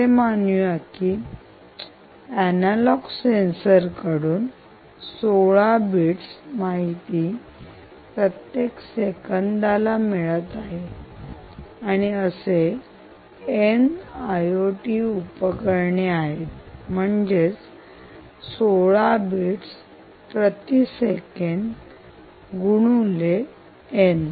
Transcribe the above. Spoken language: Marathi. असे मानूया की ऍनालॉग सेन्सर कडून 16 बीट्स माहिती प्रत्येक सेकंदाला मिळत आहे हे आणि असे N IOT उपकरणे आहेत म्हणजेच 16 बीट्स प्रति सेकंड गुणुले N